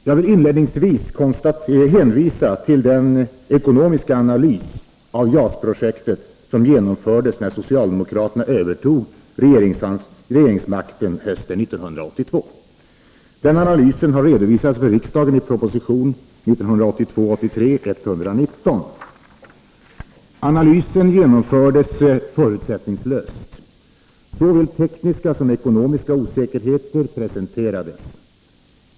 Jag vill inledningsvis hänvisa till den ekonomiska analys av JAS-projektet som genomfördes när socialdemokraterna övertog regeringsmakten hösten 1982. Den analysen har redovisats för riksdagen i proposition 1982/83:119. Analysen genomfördes förutsättningslöst. Såväl tekniska som ekonomiska osäkerheter presenterades.